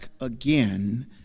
again